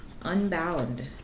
Unbound